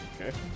Okay